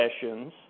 sessions